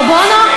פרו-בונו?